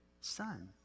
son